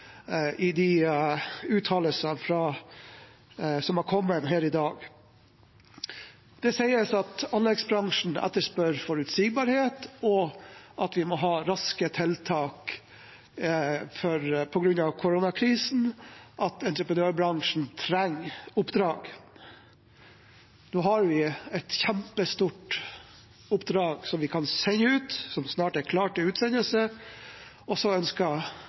i de uttalelsene som er kommet her i dag. Det sies at anleggsbransjen etterspør forutsigbarhet, at vi må ha raske tiltak på grunn av koronakrisen, og at entreprenørbransjen trenger oppdrag. Nå har vi et kjempestort oppdrag som snart er klart til utsendelse, og så ønsker